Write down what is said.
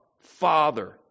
Father